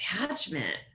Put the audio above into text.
attachment